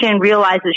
realizes